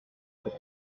grand